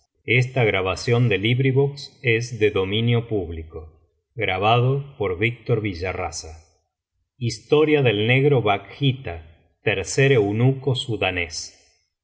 sudanés historia del negko bakhita tercer eunuco sudanés